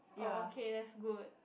oh okay that's good